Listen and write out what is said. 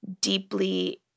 deeply